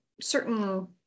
certain